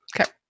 Okay